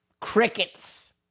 Crickets